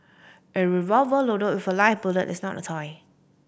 a revolver loaded with a live bullet is not a toy